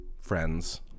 friends